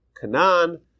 Canaan